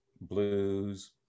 blues